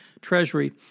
treasury